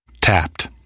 Tapped